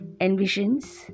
envisions